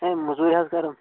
ہے موٚزوٗرۍ حظ کَران